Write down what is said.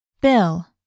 bill